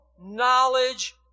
knowledge